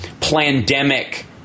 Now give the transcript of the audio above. pandemic